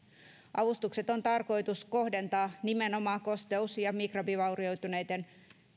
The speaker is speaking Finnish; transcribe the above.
avustukset on tarkoitus kohdentaa nimenomaan kosteus ja mikrobivaurioituneiden